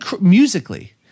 musically